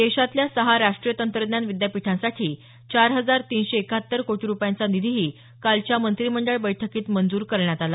देशातल्या सहा राष्ट्रीय तंत्रज्ञान विद्यापीठांसाठी चार हजार तीनशे एक्काहत्तर कोटी रुपयांचा निधीही कालच्या मंत्रिमंडळ बैठकीत मंजूर करण्यात आला